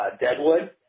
Deadwood